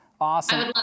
Awesome